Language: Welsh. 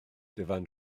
dyfan